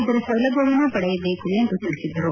ಇದರ ಸೌಲಭ್ಯವನ್ನು ಪಡೆಯಬೇಕು ಎಂದು ತಿಳಿಸಿದರು